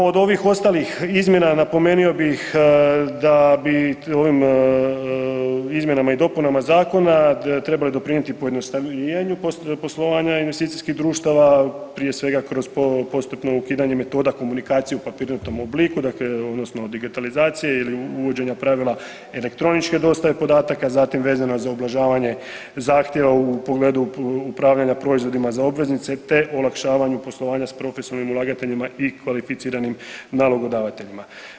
Od ovih ostalih izmjena napomenio bih da bi ovim izmjenama i dopunama i zakona trebalo je doprinijeti pojednostavljivanju poslovanja investicijskih društava prije svega kroz postupno ukidanje metoda komunikacije u papirnatom obliku, dakle odnosno digitalizacije ili uvođenja pravila elektroničke dostave podataka, zatim vezano za ublažavanje zahtjeva u pogledu upravljanja proizvodima za obveznice, te olakšavanju poslovanja s profesionalnim ulagateljima i kvalificiranim nalogodavateljima.